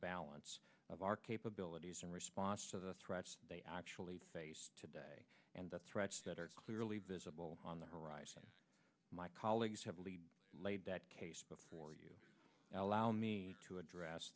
balance of our capabilities in response to the threats they actually face today and that's threats that are clearly visible on the horizon my colleagues have lead laid that case before you allow me to address